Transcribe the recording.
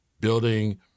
building